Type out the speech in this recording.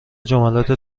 جملات